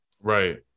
right